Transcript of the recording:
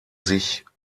sich